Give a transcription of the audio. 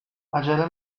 عجله